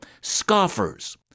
scoffers